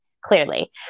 clearly